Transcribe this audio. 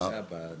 כן.